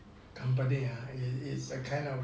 company ah is is the kind of